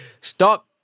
stop